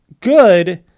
good